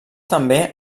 també